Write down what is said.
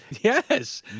yes